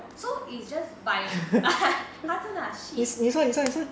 so its just by ah ha !huh! 真的 ah shit